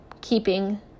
keeping